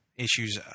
Issues